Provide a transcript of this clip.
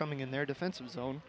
coming in their defensive zone